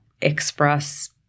express